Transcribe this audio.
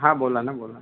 हा बोला ना बोला